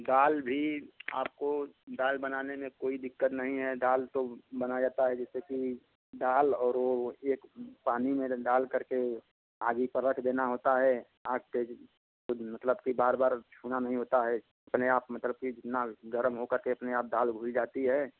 दाल भी आपको दाल बनाने में कोई दिक्कत नहीं है दाल तो बनाया जाता है जैसे कि दाल और वह एक पानी में रे डालकर के आग पर रख देना होता है आग तेज़ मतलब बार बार छूना नहीं होता है अपने आप मतलब कि ना गरम होकर के अपने आप दाल घुल जाती है